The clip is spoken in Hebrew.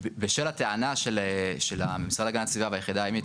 בשל הטענה של המשרד להגנת הסביבה והיחידה הימית,